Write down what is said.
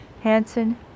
Hansen